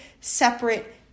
separate